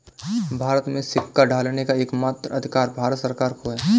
भारत में सिक्का ढालने का एकमात्र अधिकार भारत सरकार को है